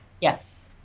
Yes